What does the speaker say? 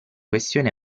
questione